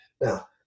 Now